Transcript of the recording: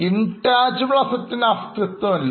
Intangible Assets ന്അസ്തിത്വമില്ല